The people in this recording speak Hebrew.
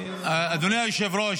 אדוני היושב-ראש,